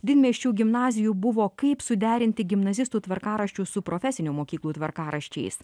didmiesčių gimnazijų buvo kaip suderinti gimnazistų tvarkaraščius su profesinių mokyklų tvarkaraščiais